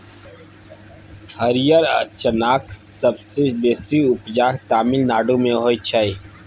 हरियर चनाक सबसँ बेसी उपजा तमिलनाडु मे होइ छै